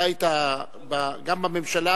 אתה היית גם בממשלה,